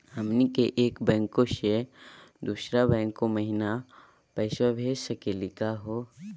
हमनी के एक बैंको स दुसरो बैंको महिना पैसवा भेज सकली का हो?